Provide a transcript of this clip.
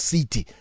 City